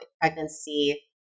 pregnancy